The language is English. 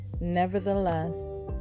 nevertheless